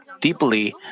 deeply